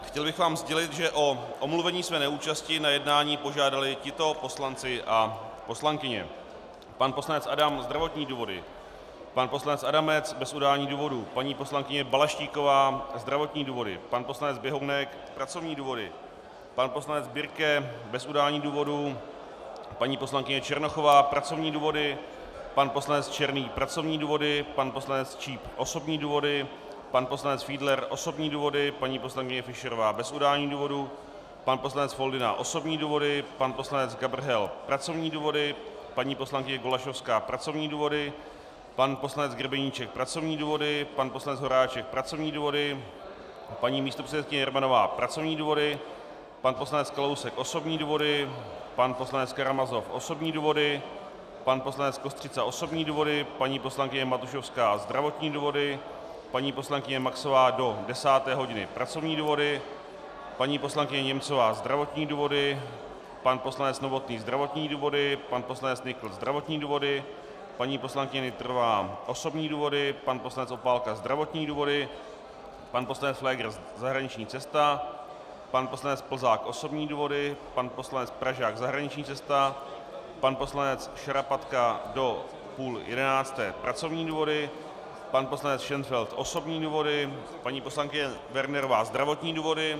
Chtěl bych vám sdělit, že o omluvení své neúčasti na jednání požádali tito poslanci a poslankyně: pan poslanec Adam zdravotní důvody, pan poslanec Adamec bez udání důvodu, paní poslankyně Balaštíková zdravotní důvody, pan poslanec Běhounek pracovní důvody, pan poslanec Birke bez udání důvodu, paní poslankyně Černochová pracovní důvody, pan poslanec Černý pracovní důvody, pan poslanec Číp osobní důvody, pan poslanec Fiedler osobní důvody, paní poslankyně Fischerová bez udání důvodu, pan poslanec Foldyna osobní důvody, pan poslanec Gabrhel pracovní důvody, paní poslankyně Golasowská pracovní důvody, pan poslanec Grebeníček pracovní důvody, pan poslanec Horáček pracovní důvody, paní místopředsedkyně Jermanová pracovní důvody, pan poslanec Kalousek osobní důvody, pan poslanec Karamazov osobní důvody, pan poslanec Kostřica osobní důvody, paní poslankyně Matušovská zdravotní důvody, paní poslankyně Maxová do 10. hodiny pracovní důvody, paní poslankyně Němcová zdravotní důvody, pan poslanec Novotný zdravotní důvody, pan poslanec Nykl zdravotní důvody, paní poslankyně Nytrová osobní důvody, pan poslanec Opálka zdravotní důvody, pan poslanec Pfléger zahraniční cesta, pan poslanec Plzák osobní důvody, pan poslanec Pražák zahraniční cesta, pan poslanec Šarapatka do 10.30 pracovní důvody, pan poslanec Šenfeld osobní důvody, paní poslankyně Wernerová zdravotní důvody.